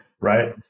right